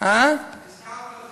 הזכרת כבר,